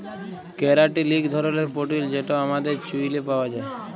ক্যারাটিল ইক ধরলের পোটিল যেট আমাদের চুইলে পাউয়া যায়